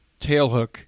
tailhook